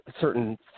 certain